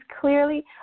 clearly